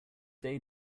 day